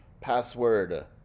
Password